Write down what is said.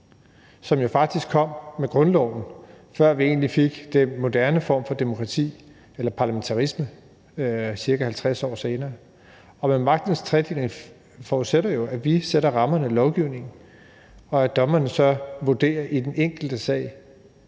som jo faktisk kom med grundloven, altså før vi egentlig fik den moderne form for demokrati og parlamentarismen ca. 50 år senere. Og magtens tredeling forudsætter jo, at vi sætter rammerne med lovgivning, og at dommerne så vurderer i den enkelte sag,